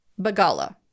Bagala